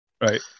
Right